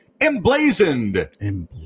emblazoned